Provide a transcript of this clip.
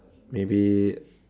maybe